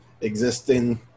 existing